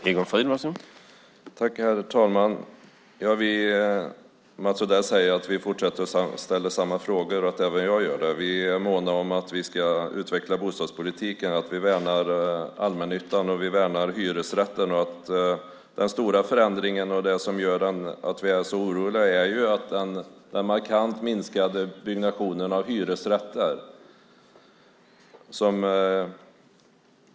Herr talman! Mats Odell säger att vi fortsätter att ställa samma frågor och att även jag gör det. Vi är måna om att vi ska utveckla bostadspolitiken. Vi värnar allmännyttan och vi värnar hyresrätten. Den stora förändringen och det som gör oss oroliga är det markant minskade byggandet av hyresrätter.